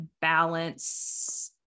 balance